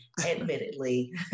admittedly